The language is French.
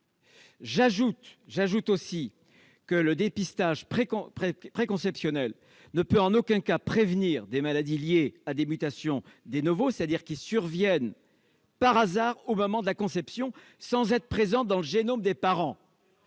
J'ajoute que le dépistage préconceptionnel ne peut en aucun cas prévenir des maladies liées à des mutations, c'est-à-dire qui surviennent par hasard au moment de la conception, sans être présentes dans le génome des parents.